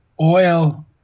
oil